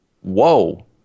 Whoa